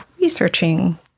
researching